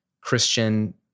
Christian